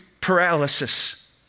paralysis